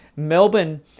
Melbourne